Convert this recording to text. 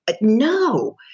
No